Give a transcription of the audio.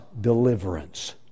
deliverance